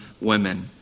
women